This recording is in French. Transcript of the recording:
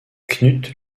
knut